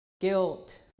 guilt